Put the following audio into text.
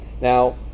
Now